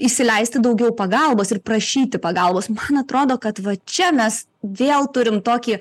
įsileisti daugiau pagalbos ir prašyti pagalbos man atrodo kad va čia mes vėl turim tokį